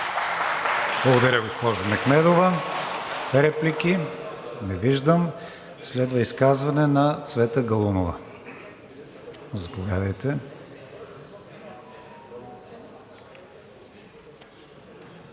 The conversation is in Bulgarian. Благодаря, госпожо Мехмедова. Реплики? Не виждам. Следва изказване на Цвета Галунова. Заповядайте.